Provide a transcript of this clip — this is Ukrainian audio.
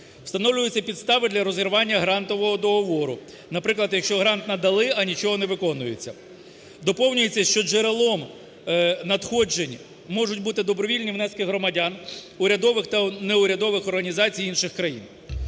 встановлюються підстави для розірвання грантового договору, наприклад, якщо грант надали, а нічого не виконується; доповнюється, що джерелом надходжень можуть бути добровільні внески громадян, урядових та неурядових організацій інших країн.